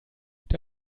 der